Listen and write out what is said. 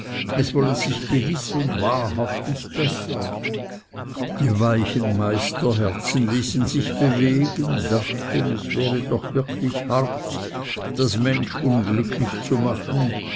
es wolle sich gewiß und wahrhaftig bessern die weichen meisterherzen ließen sich bewegen dachten es wäre doch wirklich hart das mensch unglücklich zu machen